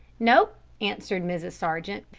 no, answered mrs. sargent,